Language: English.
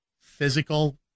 physical